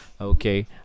Okay